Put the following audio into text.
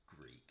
Greek